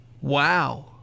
Wow